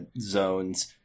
zones